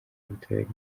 y’ubutabera